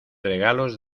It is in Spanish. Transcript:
regalos